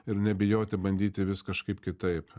ir nebijoti bandyti vis kažkaip kitaip